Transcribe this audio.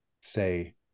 say